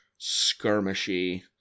skirmishy